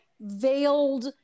veiled